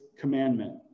commandment